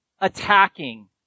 attacking